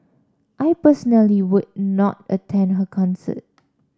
I personally would not attend her concert